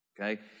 Okay